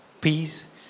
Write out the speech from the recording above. peace